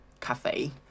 cafe